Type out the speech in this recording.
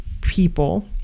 people